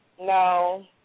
no